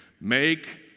Make